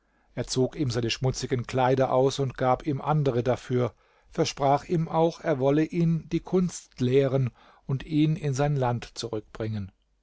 er zog ihm seine schmutzigen kleider aus und gab ihm andere dafür versprach ihm auch er wolle ihn die kunst lehren und ihn in sein land zurückbringen